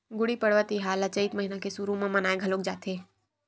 गुड़ी पड़वा तिहार ल चइत महिना के सुरू म मनाए घलोक जाथे